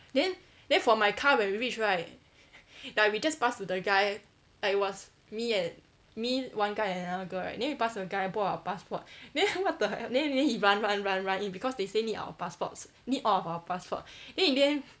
then then for my car when we reach right ya we just pass to the guy like it was me and me one guy and another girl right then we pass to the guy both our passport then what the then then he run run run in because they say need our passports need all of our passport then in the end